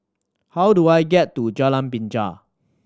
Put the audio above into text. how do I get to Jalan Binja